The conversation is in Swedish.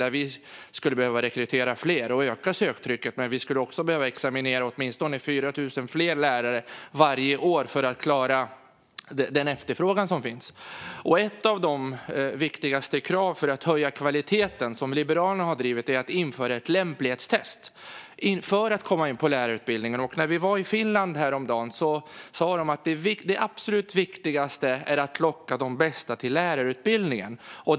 Där skulle vi behöva rekrytera fler och öka söktrycket. Men vi skulle också behöva examinera åtminstone 4 000 fler lärare varje år för att klara den efterfrågan som finns. Ett av de viktigaste krav som Liberalerna har drivit för att höja kvaliteten är att införa ett lämplighetstest för att komma in på lärarutbildningen. När vi var i Finland häromdagen sa man att det absolut viktigaste är att locka de bästa till lärarutbildningen.